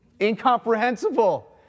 Incomprehensible